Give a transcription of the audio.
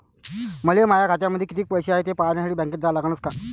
मले माया खात्यामंदी कितीक पैसा हाय थे पायन्यासाठी बँकेत जा लागनच का?